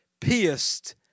pierced